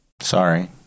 Sorry